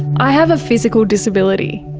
i have a physical disability,